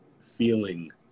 feeling